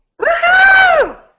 Woohoo